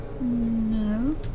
No